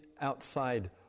outside